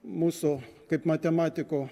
mūsų kaip matematikų